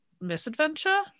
misadventure